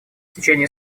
течение